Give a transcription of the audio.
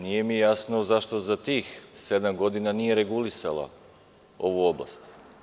Nije mi jasno zašto za tih sedam godina nije regulisala ovu oblast?